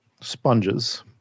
Sponges